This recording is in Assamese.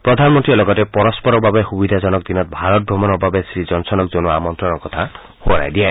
প্ৰধানমন্ত্ৰীয়ে লগতে পৰস্পৰৰ বাবে সুবিধাজনক দিনত ভাৰত ভ্ৰমণৰ বাবে শ্ৰী জনছনক জনোৱা আমন্ত্ৰণৰ কথা সোঁৱৰাই দিয়ে